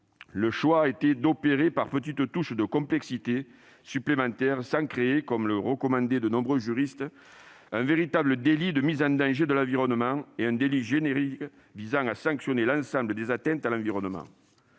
Le choix a été d'opérer par petites touches de complexité supplémentaire sans créer, comme le recommandaient de nombreux juristes, un véritable délit de mise en danger de l'environnement et un délit générique visant à sanctionner l'ensemble des atteintes à l'environnement.